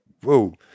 Whoa